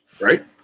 Right